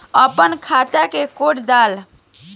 अपना खाता के कोड डाला